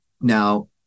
now